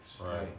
Right